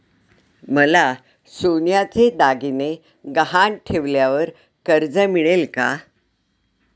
मला सोन्याचे दागिने गहाण ठेवल्यावर कर्ज मिळेल का?